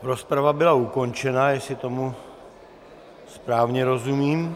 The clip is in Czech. Rozprava byla ukončena, jestli tomu správně rozumím.